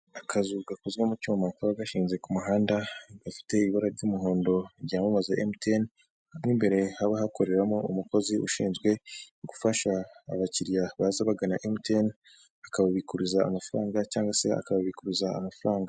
Akazu gakozwe mu cyuma kaba gashinze ku muhanda, gafite ibara ry'umuhondo ryamamaza MTN, mu imbere haba hakoreramo umukozi ushinzwe gufasha abakiriya baza bagana MTN ,akababikuriza amafaranga cyangwa se akabikuza amafaranga.